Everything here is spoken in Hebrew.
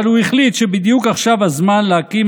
אבל הוא החליט שבדיוק עכשיו הזמן להקים